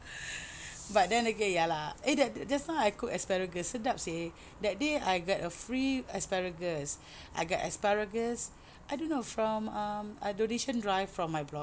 but then again ya lah eh just now I cooked asparagus sedap seh that day I get a free asparagus I got asparagus I don't know from um a donation drive from my block